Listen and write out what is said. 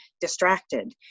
distracted